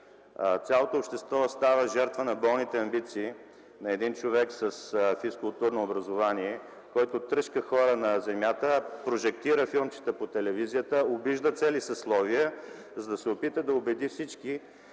Цялото общество става жертва на болните амбиции на един човек с физкултурно образование, който тръшка хора на земята, прожектира филмчета по телевизията, обижда цели съсловия, за да се опита да убеди всички,